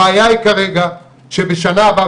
הבעיה היא כרגע שבשנה הבאה